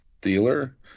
dealer